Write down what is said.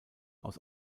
aus